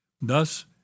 Thus